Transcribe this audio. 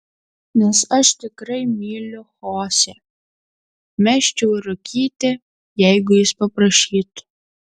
nes aš tikrai myliu chosė mesčiau ir rūkyti jeigu jis paprašytų